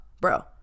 bro